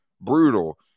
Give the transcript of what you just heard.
brutal